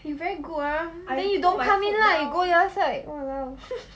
you very good ah ah then you don't come in lah you go the other side !walao!